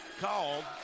called